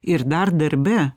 ir dar darbe